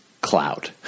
cloud